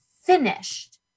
finished